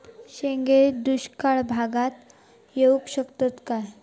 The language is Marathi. शेंगे दुष्काळ भागाक येऊ शकतत काय?